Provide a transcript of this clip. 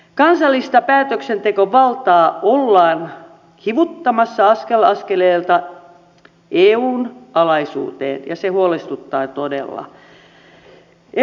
kansallista päätöksentekovaltaa ollaan hivuttamassa askel askeleelta eun alaisuuteen ja se huolestuttaa todella